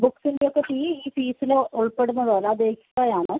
ബുക്സിന്റെയൊക്കെ fee ഈ ഫീസിൽ ഉൾപ്പെടുന്നതല്ല അത് എക്സ്ട്രാ ആണ്